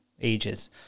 ages